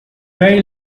very